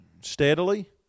steadily